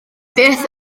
beth